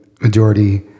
majority